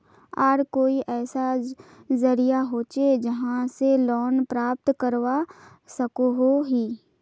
आर कोई ऐसा जरिया होचे जहा से लोन प्राप्त करवा सकोहो ही?